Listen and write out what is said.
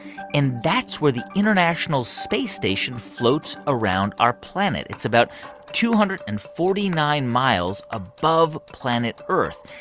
and that's where the international space station floats around our planet. it's about two hundred and forty nine miles above planet earth.